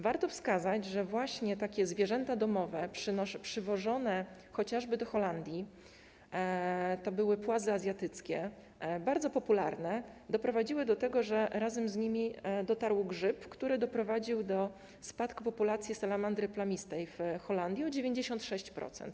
Warto wskazać, że właśnie zwierzęta domowe przywożone chociażby do Holandii - to były płazy azjatyckie, bardzo popularne - doprowadziły do tego, że razem z nimi dotarł grzyb, który doprowadził do spadku populacji salamandry plamistej w Holandii o 96%.